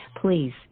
Please